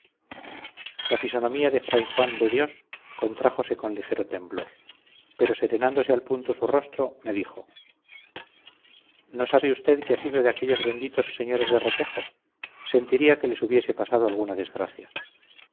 la fisonomía de fray juan de dios contrájose con ligero temblor pero serenándose al punto su rostro me dijo no sabe usted qué ha sido de aquellos benditos señores de requejo sentiría que les hubiese pasado alguna desgracia